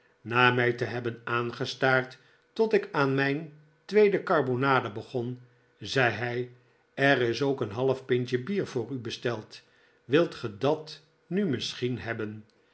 na mij te hebben aangestaard tot ik aan mijn tweede karbonade begon zei hij er is ook een half pintje bier voor u besteld wilt ge dat nu misschien hebben